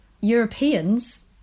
Europeans